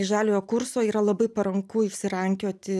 iš žaliojo kurso yra labai paranku išsirankioti